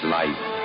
life